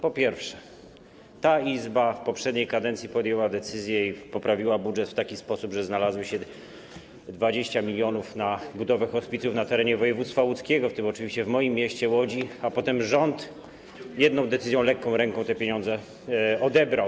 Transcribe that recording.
Po pierwsze, ta Izba w poprzedniej kadencji podjęła decyzję i poprawiła budżet w taki sposób, że znalazło się 20 mln na budowę hospicjów na terenie województwa łódzkiego, w tym oczywiście w moim mieście, Łodzi, a potem rząd jedną decyzją lekką ręką te pieniądze odebrał.